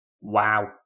Wow